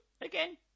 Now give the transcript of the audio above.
again